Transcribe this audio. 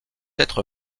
être